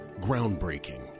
groundbreaking